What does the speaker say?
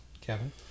Kevin